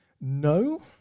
No